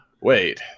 wait